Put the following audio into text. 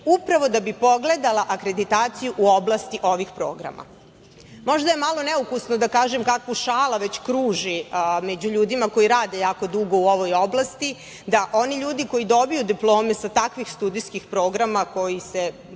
upravo da bi pogledala akreditaciju u oblasti ovih programa. Možda je malo neukusno da kažem kakva šala već kruži među ljudima koji rade jako dugo u ovoj oblasti, da oni ljudi koji dobiju diplome sa takvih studijskih programa čiji